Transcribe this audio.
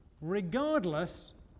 regardless